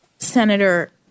Senator